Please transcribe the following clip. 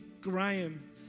Graham